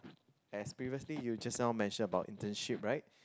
as previously you just now mentioned about internship right